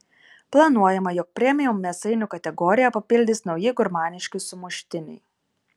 planuojama jog premium mėsainių kategoriją papildys nauji gurmaniški sumuštiniai